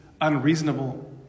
unreasonable